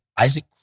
Isaac